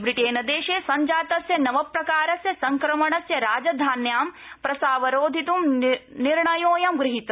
ब्रिटेनदेशे संजातस्य नवप्रकारस्य संक्रमणस्य राजधान्यां प्रसारावरोधित् निर्णयोऽयं गृहीत